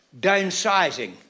downsizing